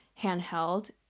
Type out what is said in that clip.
handheld